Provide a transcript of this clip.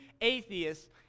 atheists